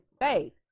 Faith